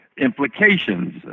implications